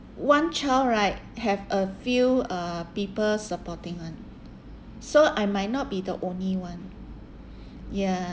one child right have a few uh people supporting [one] so I might not be the only one ya